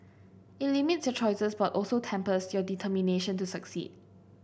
it limits your choices but also tempers your determination to succeed